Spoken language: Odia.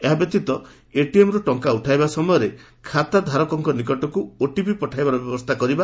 ଏହା ବ୍ୟତୀତ ଏଟିଏମ୍ରୁ ଟଙ୍କା ଉଠାଇବା ସମୟରେ ଖାତାଧାରୀଙ୍କ ନିକଟକୁ ଓଟିପି ଯିବାର ବ୍ୟବସ୍ରୁ